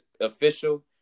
official